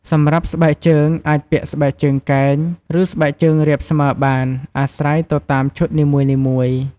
សម្រាប់ស្បែកជើងអាចពាក់ស្បែកជើងកែង ឬស្បែកជើងរាបស្មើបានអាស្រ័យទៅតាមឈុតនីមួយៗ